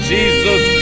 Jesus